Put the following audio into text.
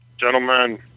Gentlemen